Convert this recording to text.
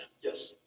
Yes